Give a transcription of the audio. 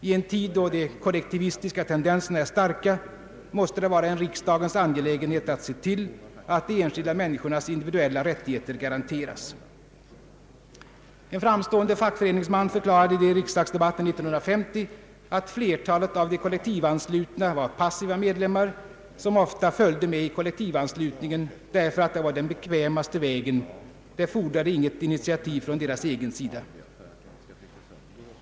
I en tid då de kollektivistiska tendenserna är starka, måste det vara en riksdagens angelägenhet att se till att de enskilda människornas individuella rättigheter garanteras. En framstående fackföreningsman förklarade i riksdagsdebatten 1950, att flertalet av de kollektivanslutna var passiva medlemmar, som ofta följde med i kollektivanslutningen därför att det var den bekvämaste vägen, det fordrade inget initiativ från deras egen sida.